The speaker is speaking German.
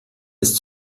ist